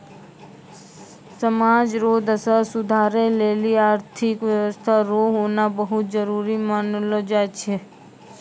समाज रो दशा सुधारै लेली आर्थिक व्यवस्था रो होना बहुत जरूरी मानलौ जाय छै